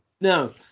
No